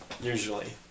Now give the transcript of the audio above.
Usually